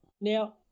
now